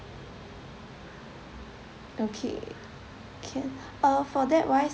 okay can uh for that wise